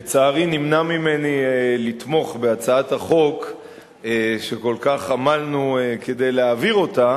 לצערי נמנע ממני לתמוך בהצעת החוק שכל כך עמלנו כדי להעביר אותה,